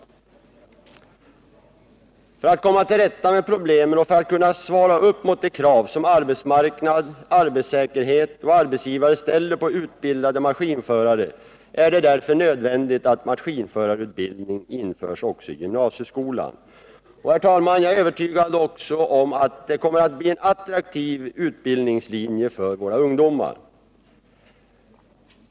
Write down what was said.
Nr 48 För att komma till rätta med problemen och för att kunna motsvara de krav Onsdagen den som arbetsmarknad, arbetssäkerhet och arbetsgivare ställer på utbildade maskinförare är det nödvändigt att maskinförarutbildning införs i gymna 6 december 1978 R &; ä sieskolan.